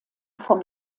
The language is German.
vom